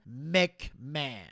McMahon